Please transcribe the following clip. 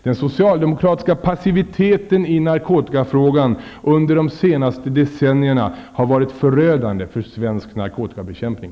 Den socialdemokratiska passiviteten i narkotikafrågan under de senaste decennierna har varit förödande för svensk narkotikabekämpning.